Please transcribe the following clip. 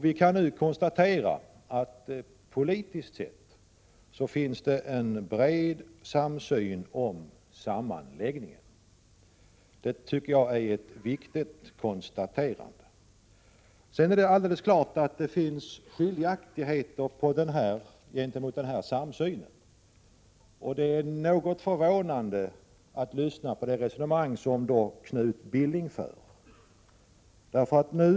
Vi kan nu konstatera att det politiskt sett finns en bred samsyn om sammanläggningen. Det tycker jag är ett viktigt konstaterande. Självfallet finns det dock uppfattningar som inte överensstämmer med denna samsyn. Det resonemang som Knut Billing för förvånar mig något.